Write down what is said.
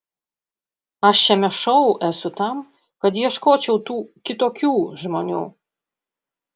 aš šiame šou esu tam kad ieškočiau tų kitokių žmonių